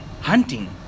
hunting